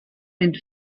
den